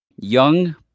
Young